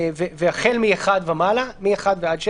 והחל מ-1 ומעלה היום זה מ-1 עד 6